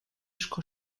sco